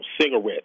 cigarettes